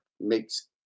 makes